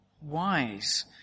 wise